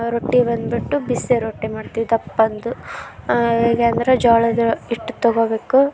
ರೊಟ್ಟಿ ಬಂದುಬಿಟ್ಟು ಬಿಸಿ ರೊಟ್ಟಿ ಮಾಡ್ತೀವ್ ದಪ್ಪಂದು ಹೇಗೆ ಅಂದರೆ ಜೋಳದ ಹಿಟ್ ತಗೊಬೇಕು